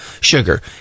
sugar